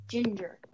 Ginger